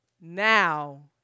now